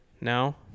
now